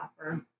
offer